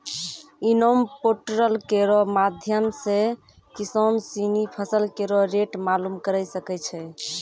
इनाम पोर्टल केरो माध्यम सें किसान सिनी फसल केरो रेट मालूम करे सकै छै